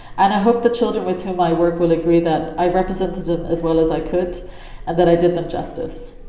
and i hope the children with whom i work will agree that i representative them as well as i could and that i did them justice.